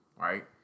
right